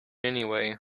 anyway